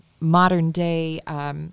modern-day